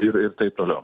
ir ir taip toliau